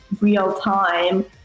real-time